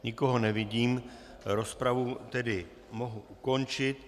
Nikoho nevidím, rozpravu tedy mohu ukončit.